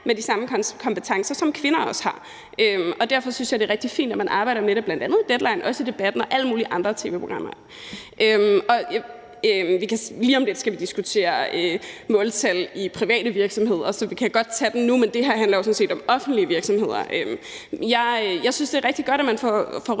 har de samme kompetencer, og derfor synes jeg, det er rigtig fint, at man arbejder med det i bl.a. Deadline og også i Debatten og alle mulige andre tv-programmer. Lige om lidt skal vi diskutere måltal i private virksomheder, så vi kan godt tage det nu, men det her handler jo sådan set om offentlige virksomheder. Jeg synes, det er rigtig godt, at man får rystet